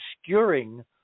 obscuring